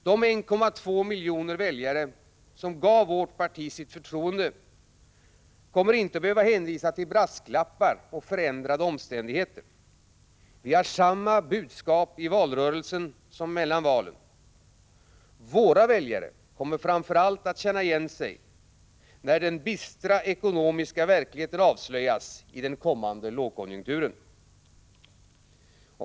De 1,2 miljoner väljare som gav vårt parti sitt förtroende kommer inte att behöva hänvisa till brasklappar och förändrade omständigheter. Vi har samma budskap i valrörelsen som mellan valen. Våra väljare kommer framför allt att känna igen sig när den bistra ekonomiska verkligheten avslöjas i den kommande lågkonjunkturen.